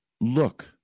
Look